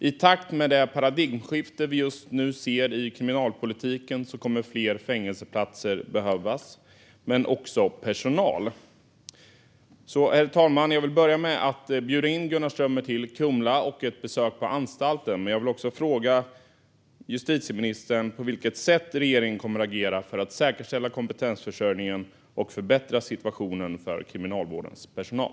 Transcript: I takt med det paradigmskifte vi just nu ser i kriminalpolitiken kommer fler fängelseplatser att behövas men också mer personal. Herr talman! Jag vill börja med att bjuda in Gunnar Strömmer till Kumla och ett besök på anstalten. Men jag vill också fråga justitieministern på vilket sätt regeringen kommer att agera för att säkerställa kompetensförsörjningen och förbättra situationen för kriminalvårdens personal.